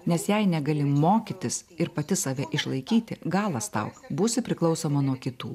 nes jei negali mokytis ir pati save išlaikyti galas tau būsi priklausoma nuo kitų